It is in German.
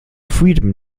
freedom